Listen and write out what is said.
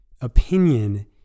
Opinion